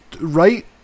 right